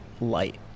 light